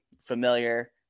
familiar